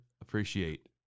appreciate